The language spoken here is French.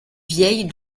vieille